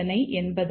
என்பதாகும்